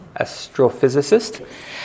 astrophysicist